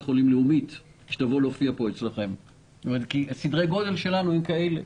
חולים לאומית כי סדרי הגודל שלנו הם כאלה.